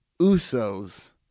Usos